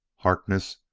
harkness,